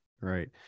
Right